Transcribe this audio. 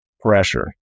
pressure